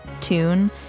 tune